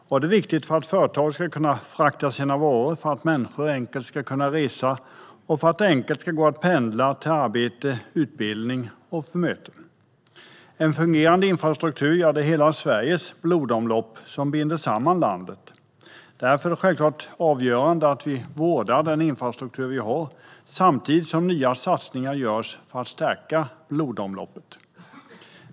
Detta är viktigt för att företag ska kunna frakta sina varor, för att människor enkelt ska kunna resa och för att det enkelt ska gå att pendla till arbete, utbildning eller möten. En fungerande infrastruktur är hela Sveriges blodomlopp som binder samman landet. Därför är det självklart avgörande att vi vårdar den infrastruktur som vi har, samtidigt som vi gör nya satsningar för att stärka blodomloppet.